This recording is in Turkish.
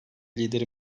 lideri